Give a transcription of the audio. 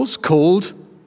called